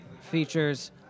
features